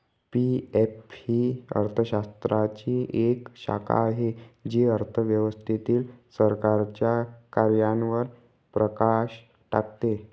PF ही अर्थशास्त्राची एक शाखा आहे जी अर्थव्यवस्थेतील सरकारच्या कार्यांवर प्रकाश टाकते